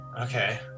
Okay